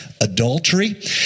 adultery